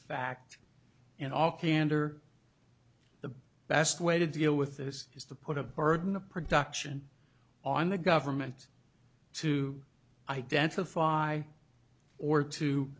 fact in all candor the best way to deal with this is the put a burden of production on the government to identify or to